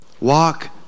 walk